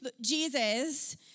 Jesus